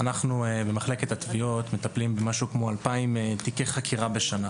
אנחנו במחלקת התביעות מטפלים במשהו כמו 2,000 תיקי חקירה בשנה.